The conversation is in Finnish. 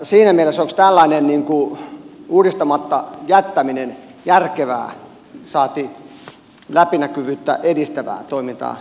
siinä mielessä onko tällainen uudistamatta jättäminen järkevää saati läpinäkyvyyttä edistävää toimintaa